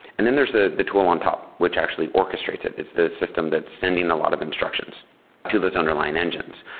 and then there's the the tool on top, which actually orchestrates it. is this system that's sending a lot of instructions to those underlying engines.